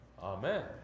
Amen